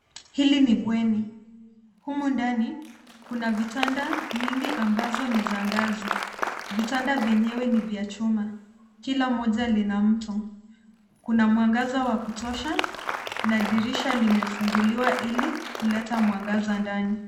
Hili ni bweni. Humu ndani kuna vitanda mengi ambazo ni za ngazi. Vitanda vyenyewe ni vya chuma, kila moja lina mto. Kuna mwangaza wa kutosha na dirisha limefunguliwa ili kuleta mwangaza ndani.